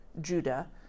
Judah